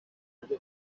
kigali